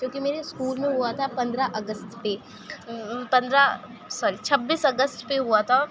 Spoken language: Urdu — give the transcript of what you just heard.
جو کہ میرے اسکول میں ہوا تھا پندرہ اگست پہ پندرہ سوری چھبیس اگست پہ ہوا تھا